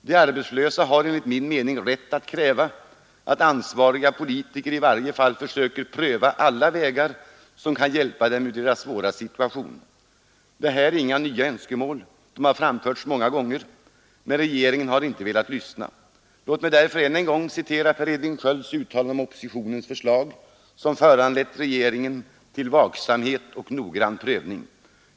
De arbetslösa har enligt min mening rätt att kräva att ansvariga politiker i varje fall försöker pröva alla de vägar som kan hjälpa dem ur deras svåra situation. Det här är inga nya önskemål — de har framförts många gånger, men regeringen har inte velat lyssna. Låt mig än en gång citera Per Edvin Skölds uttalande om oppositionens förslag som föranlett regeringen till ”vaksamhet och noggrann prövning”.